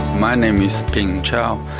my name is ping cao,